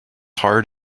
hard